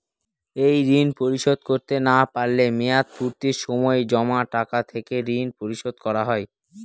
এই ঋণ পরিশোধ করতে না পারলে মেয়াদপূর্তির সময় জমা টাকা থেকে ঋণ পরিশোধ করা হয়?